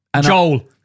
Joel